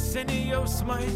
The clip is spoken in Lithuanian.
seni jausmai